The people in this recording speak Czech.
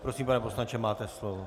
Prosím, pane poslanče, máte slovo.